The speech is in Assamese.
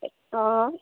অঁ